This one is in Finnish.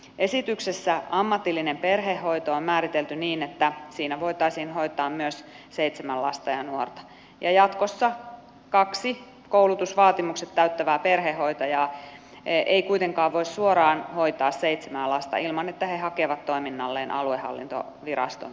esityksessä ammatillinen perhehoito on määritelty niin että siinä voitaisiin hoitaa myös seitsemää lasta ja nuorta ja jatkossa kaksi koulutusvaatimukset täyttävää perhehoitajaa ei kuitenkaan voi suoraan hoitaa seitsemää lasta ilman että he hakevat toiminnalleen aluehallintoviraston luvan